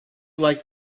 liked